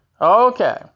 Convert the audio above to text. Okay